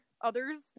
others